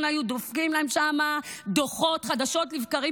היו דופקים להם שם דוחות חדשות לבקרים,